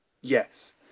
Yes